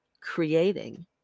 creating